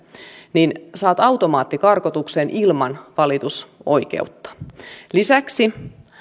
niin saat automaattikarkotuksen ilman valitusoikeutta lisäksi